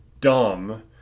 dumb